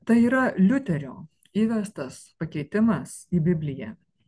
tai yra liuterio įvestas pakeitimas į bibliją